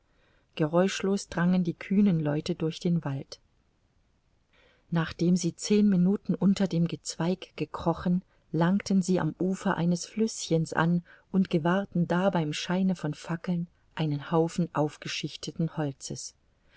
geräuschlos drangen die kühnen leute durch den wald nachdem sie zehn minuten unter dem gezweig gekrochen langten sie am ufer eines flüßchens an und gewahrten da beim scheine von fackeln einen haufen aufgeschichteten holzes